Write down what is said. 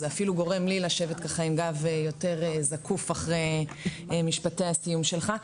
זה אפילו גורם לי לשבת עם גב יותר זקוף אחרי משפטי הסיום שלך.